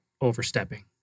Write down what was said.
overstepping